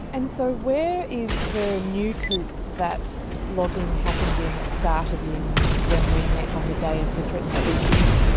and so where is the new coupe that logging happened in or started in when we met on the day of the threatened species